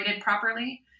properly